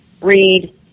read